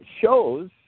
shows